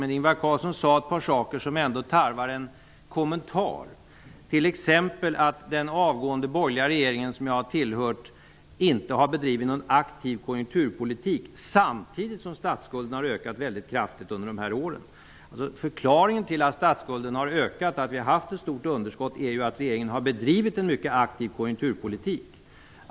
Men Ingvar Carlsson sade ett par saker som ändå tarvar en kommentar, t.ex. att den avgående borgerliga regeringen som jag har tillhört inte har bedrivit någon aktiv konjunkturpolitik samtidigt som statsskulden har ökat mycket kraftigt under dessa år. Förklaringen till att statsskulden har ökat och att vi har haft ett stort underskott är ju att regeringen har bedrivit en mycket aktiv konjunkturpolitik.